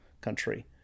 country